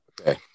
Okay